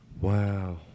Wow